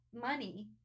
money